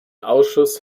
ausschuss